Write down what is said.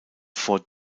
vor